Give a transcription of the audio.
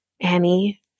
Annie